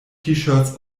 shirts